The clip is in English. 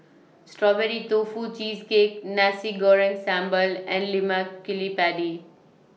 Strawberry Tofu Cheesecake Nasi Goreng Sambal and Lemak Cili Padi